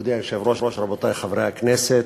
אדוני היושב-ראש, רבותי חברי הכנסת,